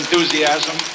enthusiasm